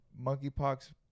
monkeypox